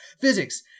Physics